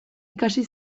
ikasi